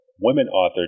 women-authored